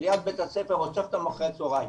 ליד בית הספר ואוסף אותם אחר הצהריים.